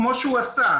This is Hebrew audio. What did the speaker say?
כמו שהוא עשה,